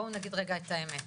בואו נגיד רגע את האמת,